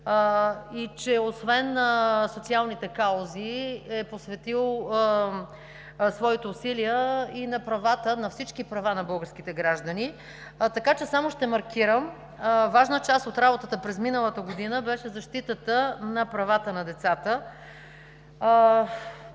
и че освен социалните каузи е посветил своите усилия и на правата, на всички права на българските граждани. Така че само ще маркирам. Важна част от работата през миналата година беше защитата на правата на децата.